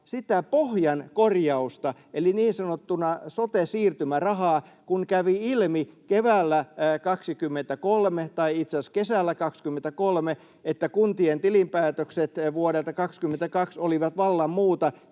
sitä pohjan korjausta eli niin sanottua sote siirtymärahaa, kun kävi ilmi keväällä 23 — tai itse asiassa kesällä 23 — että kuntien tilinpäätökset vuodelta 22 olivat vallan muuta